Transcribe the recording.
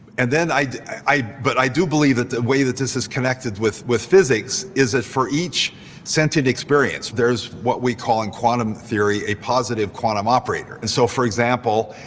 and then i. but i do believe that the way that this is connected with with physics is that for each sentient experience there is, what we call in quantum theory, a positive quantum operator. and so, for example,